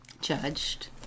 judged